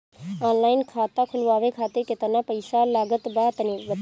Online खाता खूलवावे खातिर केतना पईसा लागत बा तनि बताईं?